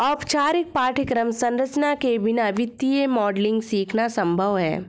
औपचारिक पाठ्यक्रम संरचना के बिना वित्तीय मॉडलिंग सीखना संभव हैं